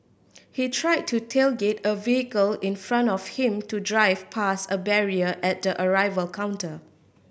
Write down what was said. he tried to tailgate a vehicle in front of him to drive past a barrier at the arrival counter